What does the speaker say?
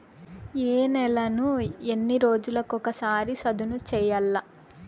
ఏ నేలను ఎన్ని రోజులకొక సారి సదును చేయల్ల?